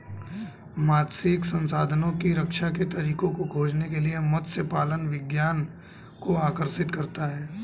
मात्स्यिकी संसाधनों की रक्षा के तरीकों को खोजने के लिए मत्स्य पालन विज्ञान को आकर्षित करता है